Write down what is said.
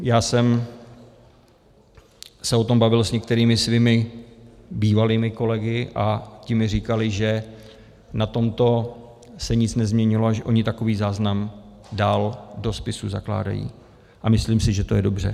Já jsem se o tom bavil s některými svými bývalými kolegy a ti mi říkali, že na tomto se nic nezměnilo a že oni takový záznam dál do spisu zakládají, a myslím si, že to je dobře.